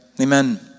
Amen